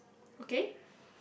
okay